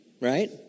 right